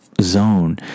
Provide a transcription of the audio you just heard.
zone